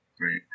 right